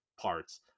parts